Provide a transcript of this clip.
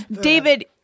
David